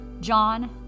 John